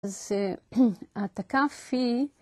אז העתקה פי